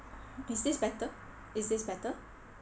is this better is this better